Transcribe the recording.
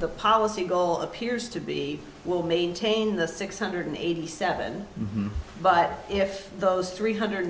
the policy goal appears to be well maintained the six hundred eighty seven but if those three hundred